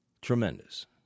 tremendous